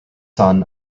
son